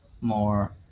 more